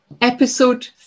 Episode